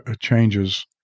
changes